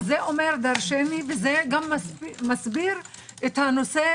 זה אומר דרשני וזה גם מסביר את הנושא,